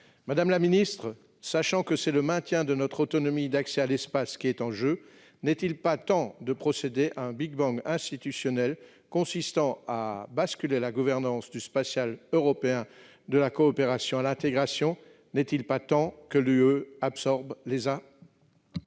Madame la ministre, étant donné que c'est le maintien de notre autonomie d'accès à l'espace qui est en jeu, n'est-il pas temps de procéder à un big-bang institutionnel consistant à basculer la gouvernance du spatial européen de la coopération vers l'intégration ? N'est-il pas temps que l'Union européenne